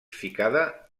ficada